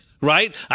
right